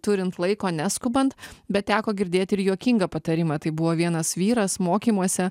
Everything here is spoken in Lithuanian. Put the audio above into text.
turint laiko neskubant bet teko girdėti ir juokingą patarimą tai buvo vienas vyras mokymuose